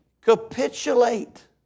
capitulate